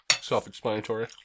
self-explanatory